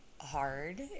hard